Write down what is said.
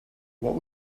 what